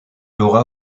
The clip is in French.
aura